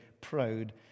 proud